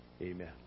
Amen